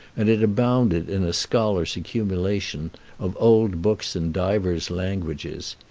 and it abounded in a scholar's accumulations of old books in divers languages.